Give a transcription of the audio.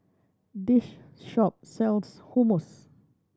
this shop sells Hummus